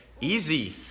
Easy